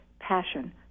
passion